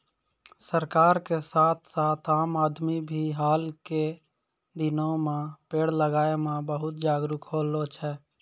सरकार के साथ साथ आम आदमी भी हाल के दिनों मॅ पेड़ लगाय मॅ बहुत जागरूक होलो छै